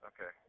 Okay